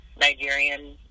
Nigerian